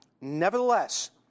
Nevertheless